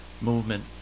movement